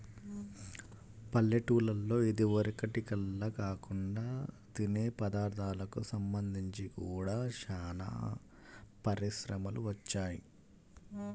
పల్లెటూల్లలో ఇదివరకటిల్లా కాకుండా తినే పదార్ధాలకు సంబంధించి గూడా చానా పరిశ్రమలు వచ్చాయ్